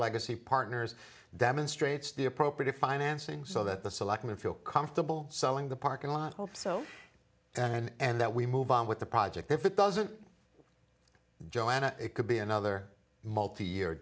legacy partners demonstrates the appropriate financing so that the selectmen feel comfortable selling the parking lot hope so and that we move on with the project if it doesn't joanna it could be another multi year